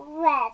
Red